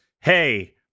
Hey